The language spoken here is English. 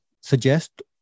suggest